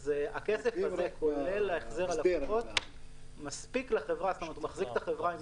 אז הכסף הזה מחזיק את החברה.